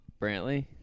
Brantley